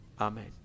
Amen